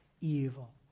evil